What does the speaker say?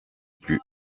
plus